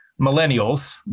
millennials